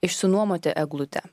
išsinuomoti eglutę